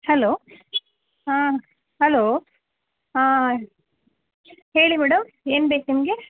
hello ಹಾಂ hello ಹಾಂ ಹೇಳಿ ಮೇಡಮ್ ಏನ್ಬೇಕು ನಿಮಗೆ